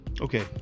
Okay